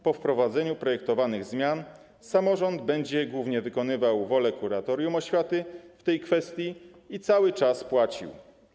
Po wprowadzeniu projektowanych zmian samorząd będzie głównie wykonywał wolę kuratorium oświaty w tej kwestii i cały czas płacił.